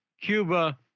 Cuba